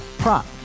prop